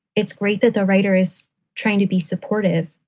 it's great that the writer is trying to be supportive.